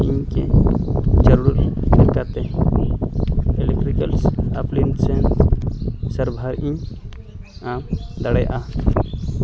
ᱤᱧ ᱠᱤ ᱡᱟᱹᱨᱩᱲ ᱞᱮᱠᱟᱛᱮ ᱤᱞᱮᱠᱴᱨᱤᱠᱮᱞᱥ ᱮᱯᱞᱤᱱᱥᱮᱱᱥ ᱥᱟᱨᱵᱷᱟ ᱤᱧ ᱧᱟᱢ ᱫᱟᱲᱮᱭᱟᱜᱼᱟ